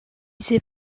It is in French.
ces